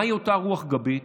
מהי אותה רוח גבית?